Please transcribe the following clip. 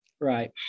Right